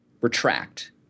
retract